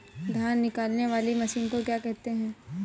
धान निकालने वाली मशीन को क्या कहते हैं?